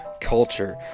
culture